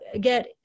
get